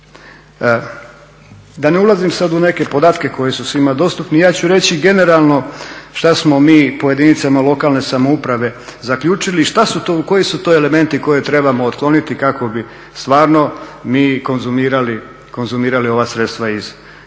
Da ne ulazim sad u neke podatke koji su svima dostupni. Ja ću reći generalno šta smo mi po jedinicama lokalne samouprave zaključili šta su to, koji su to elementi koje trebamo otkloniti kako bi stvarno mi konzumirali ova sredstva iz EU